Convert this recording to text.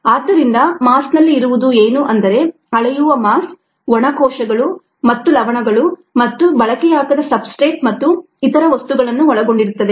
ಆದ್ದರಿಂದ ಮಾಸ್ನಲ್ಲಿ ಇರುವುದು ಏನು ಅಂದರೆ ಅಳೆಯುವ ಮಾಸ್ ಒಣ ಕೋಶಗಳು ಮತ್ತು ಲವಣಗಳು ಮತ್ತು ಬಳಕೆಯಾಗದ ಸಬ್ಸ್ಟ್ರೇಟ್ ಮತ್ತು ಇತರ ವಸ್ತುಗಳನ್ನು ಒಳಗೊಂಡಿರುತ್ತದೆ